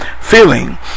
feeling